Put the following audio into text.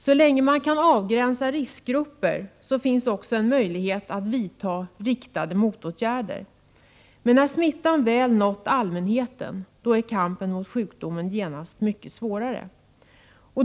Så länge man kan avgränsa riskgrupper finns också en möjlighet att vidta riktade motåtgärder, men när smittan väl har nått allmänheten blir kampen mot sjukdomen genast mycket svårare.